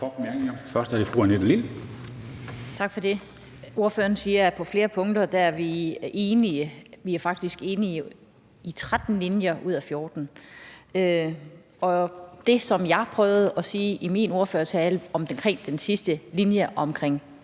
Lind. Kl. 20:19 Annette Lind (S): Tak for det. Ordføreren siger, at vi på flere punkter er enige. Vi er faktisk enige i 13 linjer ud af 14. Det, som jeg prøvede at sige i min ordførertale om den sidste linje omkring